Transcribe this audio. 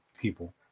people